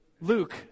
Luke